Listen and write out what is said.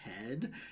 head